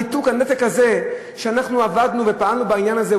הנתק הזה שאתו עבדנו ופעלנו בעניין הזה,